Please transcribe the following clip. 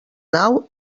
nau